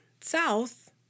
south